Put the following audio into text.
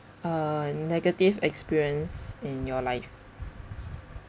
uh negative experience in your life